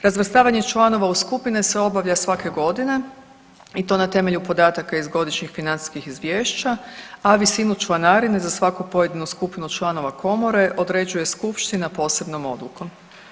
Razvrstavanje članova u skupine se obavlja svake godine i to na temelju podataka iz godišnjih financijskih izvješća, a visinu članarine za svaku pojedinu skupinu članove komore određuje skupština posebnom odlukom.